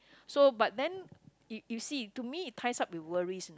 so but then you you see to me it ties up with worries